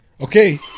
Okay